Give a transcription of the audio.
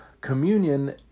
communion